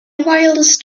wildest